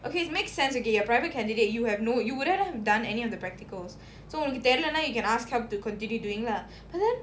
okay make sense okay a private candidate you have no you wouldn't have done any of the practicals so உங்களுக்கு தெரிலனா:ungalukku therilanaa you can ask help to continue doing lah but then